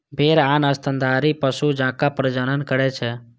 भेड़ आन स्तनधारी पशु जकां प्रजनन करै छै